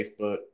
Facebook